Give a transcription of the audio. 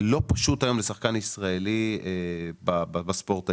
לא פשוט היום לשחקן ישראלי בספורט הישראלי,